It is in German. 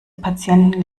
patienten